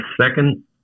second